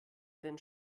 denn